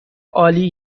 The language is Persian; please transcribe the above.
عالی